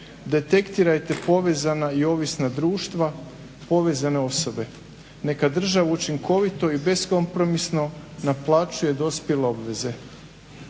Detektirajte povezana i ovisna društva, povezane osobe. Neka država učinkovito i beskompromisno naplaćuje dospjele obveze.